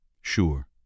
sure